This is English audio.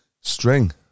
string